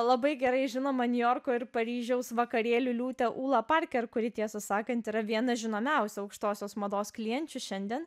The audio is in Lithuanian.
labai gerai žinomą niujorko ir paryžiaus vakarėlių liūtę ūlą parker kuri tiesą sakant yra viena žinomiausių aukštosios mados klienčių šiandien